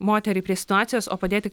moterį prie situacijos o padėti